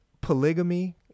polygamy